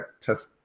test